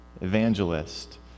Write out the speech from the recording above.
evangelist